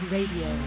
Radio